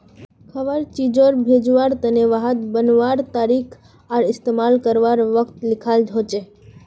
खवार चीजोग भेज्वार तने वहात बनवार तारीख आर इस्तेमाल कारवार वक़्त लिखाल होचे